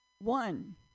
One